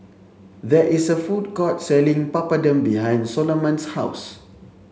there is a food court selling Papadum behind Soloman's house